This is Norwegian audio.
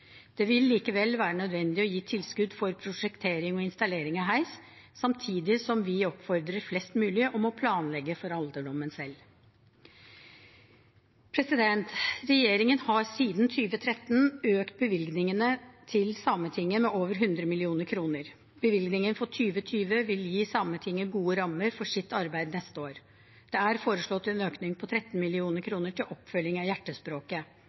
Det vil likevel være nødvendig å gi tilskudd for prosjektering og installering av heis, samtidig som vi oppfordrer flest mulig til å planlegge for alderdommen selv. Regjeringen har siden 2013 økt bevilgningene til Sametinget med over 100 mill. kr. Bevilgningen for 2020 vil gi Sametinget gode rammer for sitt arbeid neste år. Det er foreslått en økning på 13 mill. kr til oppfølging av Hjertespråket.